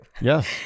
Yes